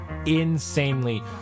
insanely